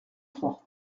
trois